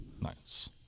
nice